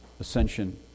ascension